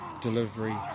delivery